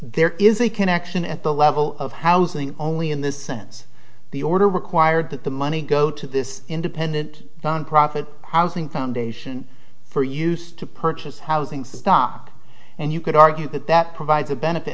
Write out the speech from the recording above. there is a connection at the level of housing only in the sense the order required that the money go to this independent nonprofit housing foundation for use to purchase housing stock and you could argue that that provides a benefit